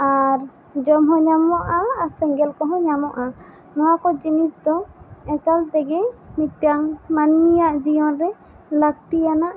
ᱟᱨ ᱡᱚᱢ ᱦᱚᱸ ᱧᱟᱢᱚᱜᱼᱟ ᱟᱨ ᱥᱮᱸᱜᱮᱞ ᱠᱚᱦᱚᱸ ᱧᱟᱢᱚᱜᱼᱟ ᱱᱚᱣᱟ ᱠᱚ ᱡᱤᱱᱤᱥ ᱫᱚ ᱮᱠᱟᱞ ᱛᱮᱜᱮ ᱢᱤᱫᱴᱟᱝ ᱢᱟᱹᱱᱢᱤᱭᱟᱜ ᱡᱤᱭᱚᱱ ᱨᱮ ᱞᱟᱠᱛᱤᱭᱟᱱᱟᱜ